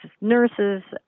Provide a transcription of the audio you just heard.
nurses